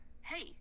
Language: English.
hey